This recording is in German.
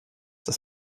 dass